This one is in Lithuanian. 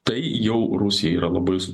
tai jau rusijai yra labai